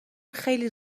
خیلی